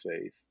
faith